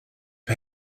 his